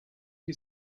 die